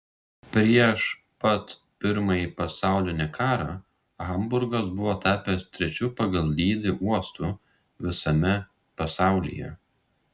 prieš pat pirmąjį pasaulinį karą hamburgas buvo tapęs trečiu pagal dydį uostu visame pasaulyje